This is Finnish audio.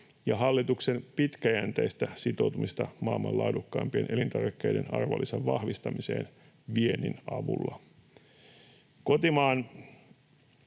ja hallituksen pitkäjänteistä sitoutumista maailman laadukkaimpien elintarvikkeiden arvonlisän vahvistamiseen viennin avulla. Kotimaan